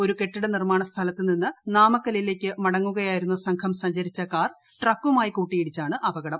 ഒ്രു ്കെട്ടിട നിർമ്മാണ സ്ഥലത്ത് നിന്ന് നാമക്കലിലേക്ക് മടങ്ങുകിയായിരുന്ന സംഘം സഞ്ചരിച്ച കാർ ട്രക്കുമായി കൂട്ടിയിടിച്ചാണ് പ്രിൽപകടം